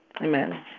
Amen